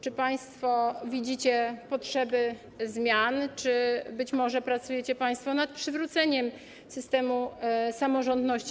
Czy państwo widzicie potrzebę zmian, czy być może pracujecie państwo nad przywróceniem systemu samorządności?